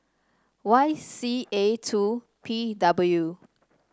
Y C A two P W